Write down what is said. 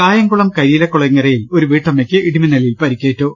കായംകുളം കരിയിലക്കുളങ്ങരയിൽ ഒരു വീട്ടമ്മയ്ക്ക് ഇടിമിന്നലിൽ പരിക്കേറ്റു